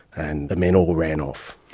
and the men all ran off.